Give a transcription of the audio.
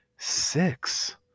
six